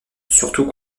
surtout